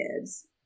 kids